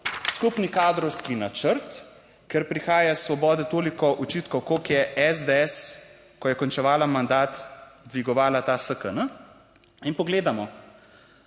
skupni kadrovski načrt, ker prihaja iz svobode toliko očitkov, koliko je SDS, ko je končevala mandat dvigovala ta SKN in pogledamo,